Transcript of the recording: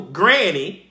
granny